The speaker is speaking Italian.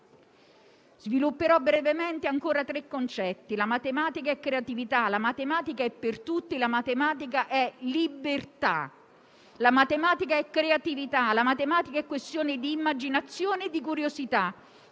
Svilupperò brevemente ancora tre concetti: la matematica è creatività, la matematica è per tutti, la matematica è libertà. La matematica è creatività, è questione di immaginazione e di curiosità,